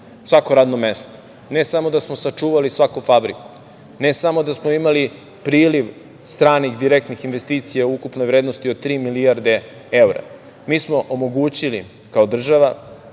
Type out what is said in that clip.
svako radno mesto, ne samo da smo sačuvali svaku fabriku, ne samo da smo imali priliv stranih direktnih investicija ukupne vrednosti od tri milijarde evra, mi smo omogućili, kao država,